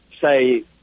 say